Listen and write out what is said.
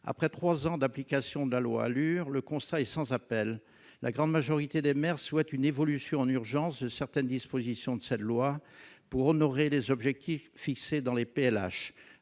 après 3 ans d'application de la loi, allure, le constat est sans appel : la grande majorité des maires souhaitent une évolution en urgence de certaines dispositions de cette loi pour honorer les objectifs fixés dans les PLH,